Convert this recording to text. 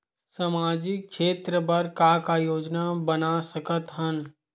सामाजिक क्षेत्र बर का का योजना बना सकत हन?